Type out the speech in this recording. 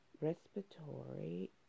respiratory